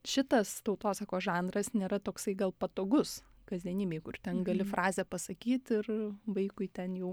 šitas tautosakos žanras nėra toksai gal patogus kasdienybėj kur ten gali frazę pasakyt ir vaikui ten jau